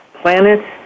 planets